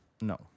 No